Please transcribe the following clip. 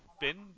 Ben